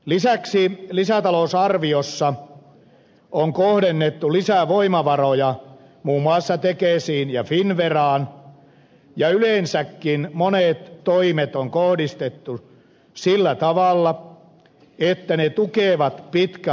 lisäksi lisätalousarviossa on kohdennettu lisävoimavaroja muun muassa tekesiin ja finnveraan ja yleensäkin monet toimet on kohdistettu sillä tavalla että ne tukevat pitkän aikavälin talouskasvua